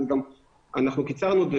וגם - אנחנו קיצרנו את זה.